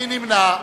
מוחמד ברכה,